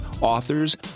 authors